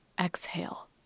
exhale